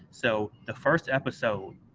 so, the first episode,